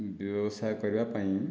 ବ୍ୟବସାୟ କରିବା ପାଇଁ